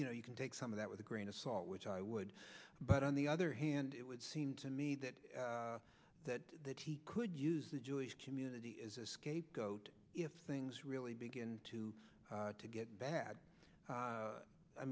you know you can take some of that with a grain of salt which i would but on the other hand it would seem to me that that that he could use the jewish community as a scapegoat if things really begin to get b